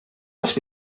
must